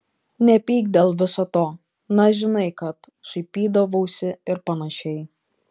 nepyk dėl viso to na žinai kad šaipydavausi ir panašiai